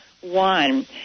one